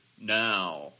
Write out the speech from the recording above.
now